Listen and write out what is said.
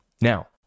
Now